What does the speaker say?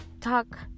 talk